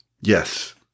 Yes